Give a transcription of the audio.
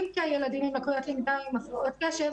כילדים עם לקויות למידה או עם הפרעות קשב.